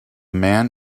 man